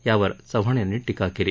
यावर चव्हाण यांनी टीका केली